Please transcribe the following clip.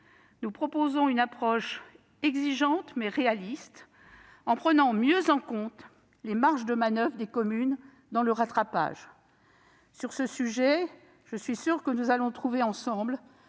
Nous proposons une approche exigeante, mais réaliste, en prenant mieux en compte les marges de manoeuvre des communes dans le rattrapage. Sur ce sujet, je suis sûre que nous allons trouver ensemble